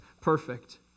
perfect